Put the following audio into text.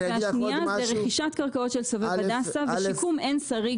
והשאלה השנייה היא לגבי רכישת קרקעות של סובב הדסה ושיקום עין שריג,